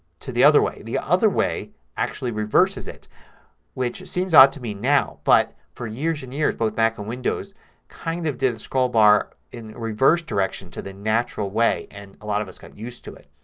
to the other way. the other way actually reverses it which seems odd to me now but for years and years both mac and windows kind of did the scroll bar in reverse direction to the natural way and a lot of us got used to it.